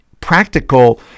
practical